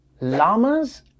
Llamas